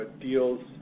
deals